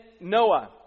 Noah